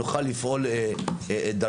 נוכל לפעול דרכם.